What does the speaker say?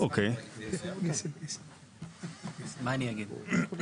אני אגע בשלוש נקודות בקצרה.